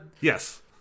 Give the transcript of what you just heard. Yes